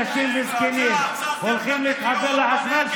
נשים וזקנים הולכים להתחבר לחשמל,